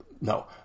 no